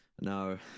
no